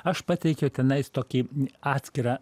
aš pateikiau tenais tokį atskirą